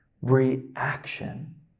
reaction